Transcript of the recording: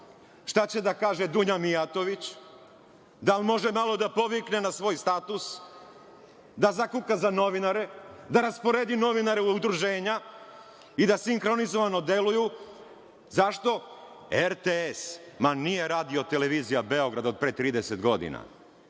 šta će da kaže Dunja Mijatović, da li može malo da povikne na svoj status, da zakuka na novinare, da rasporedi novinare u udruženja i da sinhronizovano deluju. Zašto? RTS ma nije Radio televizija Beograd od pre 30 godina.